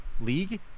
League